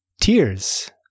Tears